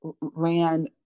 ran